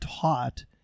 taught